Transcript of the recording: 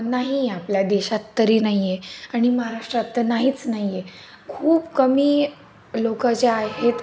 नाही आहे आपल्या देशात तरी नाही आहे आणि महाराष्ट्रात तर नाहीच नाही आहे खूप कमी लोक जे आहेत